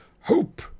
Hope